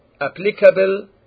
applicable